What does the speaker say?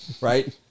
right